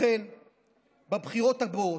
לכן בבחירות הבאות,